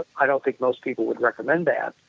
i don't think most people would recommend that,